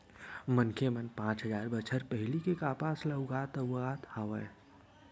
मनखे मन पाँच हजार बछर पहिली ले कपसा उगावत आवत हवय